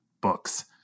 Books